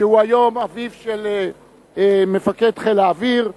שהוא אביו של מפקד חיל האוויר היום,